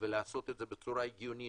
ולעשות את זה בצורה הגיונית,